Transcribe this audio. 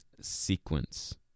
sequence